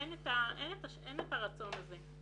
אין את הרצון הזה.